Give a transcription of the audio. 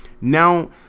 Now